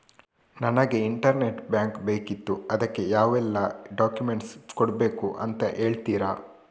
ನನಗೆ internet bank ಬೇಕಿತ್ತು ಅದಕ್ಕೆ ಯಾವೆಲ್ಲಾ ಡಾಕ್ಯುಮೆಂಟ್ಸ್ ಕೊಡ್ಬೇಕು ಅಂತ ಹೇಳ್ತಿರಾ?